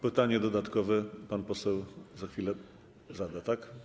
Pytanie dodatkowe pan poseł za chwilę zada, tak?